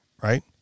Right